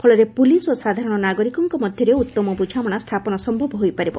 ଫଳରେ ପୁଲିସ ଓ ସାଧାରଣ ନାଗରିକଙ୍କ ମଧ୍ଧରେ ଉତ୍ତମ ବୁଝାମଣା ସ୍ରାପନ ସୟବ ହୋଇପାରିବ